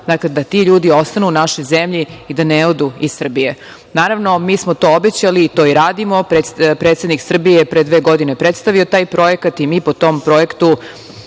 načina da ti ljudi ostanu u našoj zemlji i da ne odu iz Srbije. Naravno, mi smo to obećali, to i radimo. Predsednik Srbije je pre dve godine predstavio taj projekat i mi po tom projektu